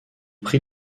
prit